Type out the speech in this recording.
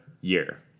year